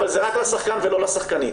אבל זה רק לשחקן ולא לשחקנית.